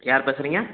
யார் பேசுகிறீங்க